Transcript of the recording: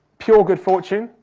pure good fortune,